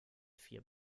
vier